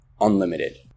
unlimited